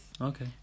okay